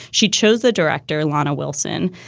she chose the director, lorna wilson.